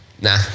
Nah